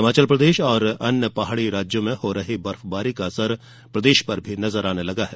हिमाचल प्रदेश और अन्य पहाड़ी राज्यों में हो रही बर्फबारी का असर प्रदेश पर भी नजर आने लगा है